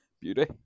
beauty